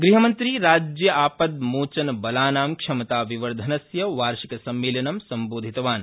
गृहमन्त्री राज्यापद्योचनबलानां क्षमताविविर्धनस्य वार्षिकसम्मेलनं सम्बोधितवान्